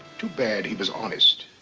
too bad he was honest.